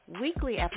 Weekly